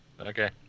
Okay